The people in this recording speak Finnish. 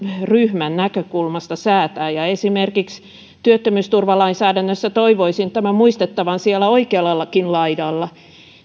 ryhmän näkökulmasta säätää ja esimerkiksi työttömyysturvalainsäädännössä toivoisin tämän muistettavan siellä oikeallakin laidalla